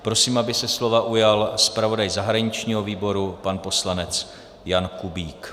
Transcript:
Prosím, aby se slova ujal zpravodaj zahraničního výboru pan poslanec Jan Kubík.